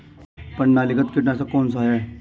प्रणालीगत कीटनाशक कौन सा है?